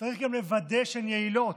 צריך גם לוודא שהן יעילות.